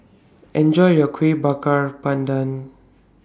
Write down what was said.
Enjoy your Kueh Bakar Pandan